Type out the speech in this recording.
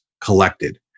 collected